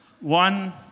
one